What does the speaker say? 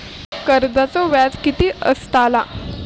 कर्जाचो व्याज कीती असताला?